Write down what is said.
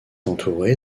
entourée